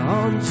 on